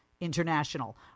international